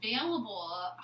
available